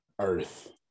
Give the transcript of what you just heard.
earth